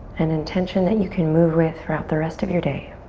an intention that you can move with throughout the rest of your day.